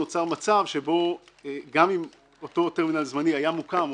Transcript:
נוצר מצב שבו גם אם אותו טרמינל זמני היה מוקם,